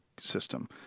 system